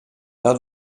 dat